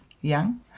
young